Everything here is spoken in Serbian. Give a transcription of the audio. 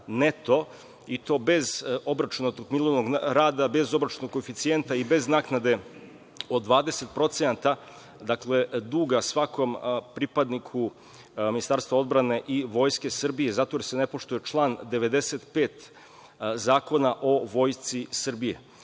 i to bez obračunatog minulog rada, bez obračunatog koeficijenta i bez naknade od 20% duga svakom pripadniku Ministarstva odbrane i Vojske Srbije, jer se ne poštuje član 95. Zakona o Vojsci Srbije,